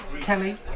Kelly